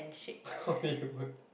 why you would